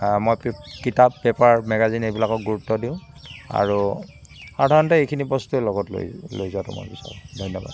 মই কিতাপ paper magazine এইবিলাকক গুৰুত্ব দিওঁ আৰু সাধাৰণতে এইখিনি বস্তুৱে লগত লৈ ধন্যবাদ